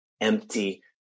empty